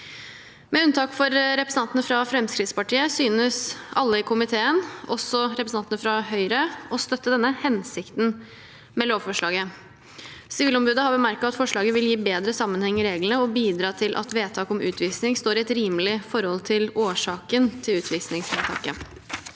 Med unntak for representantene fra Fremskrittspartiet synes alle i komiteen – også representantene fra Høyre – å støtte denne hensikten med lovforslaget. Sivilombudet har bemerket at forslaget vil «gi bedre sammenheng i reglene og bidra til at vedtak om utvisning står i et rimelig forhold til årsaken til utvisningsvedtaket».